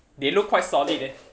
they look quite solid eh